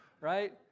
right